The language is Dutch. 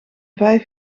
vijf